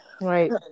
Right